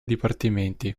dipartimenti